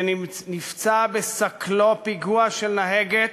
שנפצע בסכלו פיגוע של נהגת